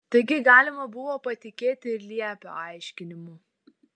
taigi galima buvo patikėti ir liepio aiškinimu